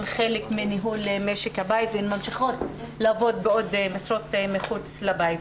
חלק מניהול משק הבית והן ממשיכות לעבוד בעוד משרות מחוץ לבית.